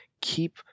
Keep